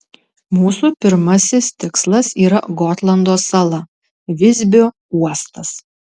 mūsų pirmasis tikslas yra gotlando sala visbio uostas